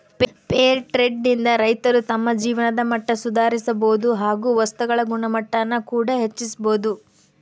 fair trade ನಿಂದ ರೈತರು ತಮ್ಮ ಜೀವನದ ಮಟ್ಟ ಸುಧಾರಿಸಬೋದು ಹಾಗು ವಸ್ತುಗಳ ಗುಣಮಟ್ಟಾನ ಕೂಡ ಹೆಚ್ಚಿಸ್ಬೋದು